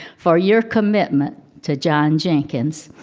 for your commitment to john jenkins.